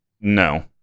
No